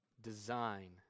design